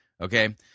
Okay